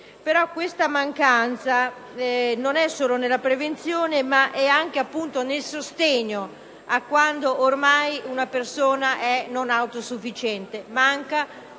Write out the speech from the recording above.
questa mancanza non è solo nella prevenzione, ma anche nel sostegno a quando ormai una persona è non autosufficiente.